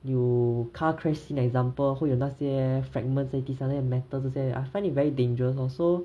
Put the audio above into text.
you car crash scene example 会有那些 fragments 在地上 then metal 这些 I find it very dangerous lor so